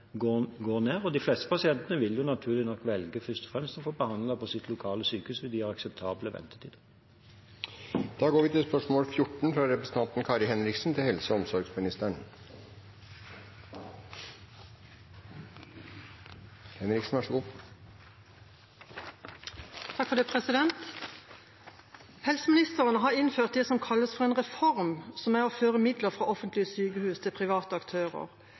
de fleste pasientene vil naturlig nok først og fremst velge å få behandling på sine lokale sykehus, hvis de har akseptabel ventetid. «Helseministeren har innført det som kalles for en reform, som er å føre midler fra offentlige sykehus til private aktører, samt iverksatt ABE-kutt i helsetjenesten. For Sørlandet sykehus betyr dette at de er inne i en kritisk økonomisk situasjon. Revmatologisk avdeling ble bedt om å